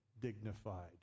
dignified